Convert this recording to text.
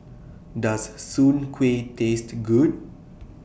Does Soon Kueh Taste Good